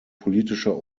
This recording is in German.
politischer